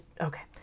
okay